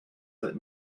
that